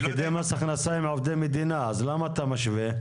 פקידי מס הכנסה הם עובדי מדינה, אז למה אתה משווה?